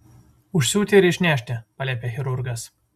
užsiūti ir išnešti paliepė chirurgas